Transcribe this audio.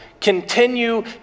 continue